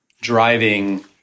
driving